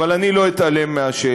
אבל אני לא אתעלם מהשאלה,